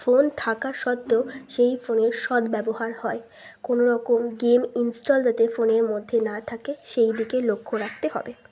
phone থাকা সত্ত্বেও সেই ফোনের সদ্ব্যবহার হয় কোনো রকম গেম ইনস্টল যাতে ফোনের মধ্যে না থাকে সেই দিকে লক্ষ্য রাখতে হবে